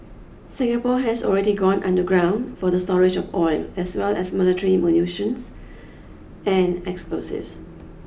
Singapore has already gone underground for the storage of oil as well as military munitions and explosives